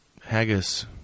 haggis